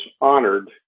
honored